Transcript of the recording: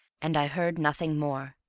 and i heard nothing more,